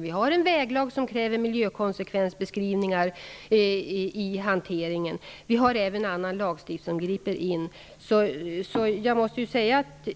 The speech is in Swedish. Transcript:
Vi har en väglag som kräver miljökonsekvensbeskrivningar i hanteringen, och vi har även annan lagstiftning som griper in.